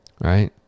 right